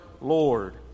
Lord